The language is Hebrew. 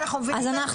אז אנחנו